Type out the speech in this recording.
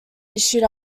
issued